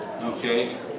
Okay